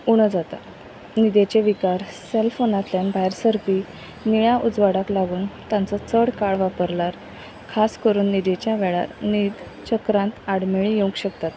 उणो जाता निध्येचे विकार सॅलफोनांतल्यान भायर सरपी निळ्या उजवाडाक लागून तांचो चड काळ वापरल्यार खास करून निदेच्या वेळार न्हीद चक्रांत आडमेळी येवंक शकतात